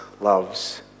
loves